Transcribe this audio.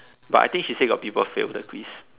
but I think she say got people fail the quiz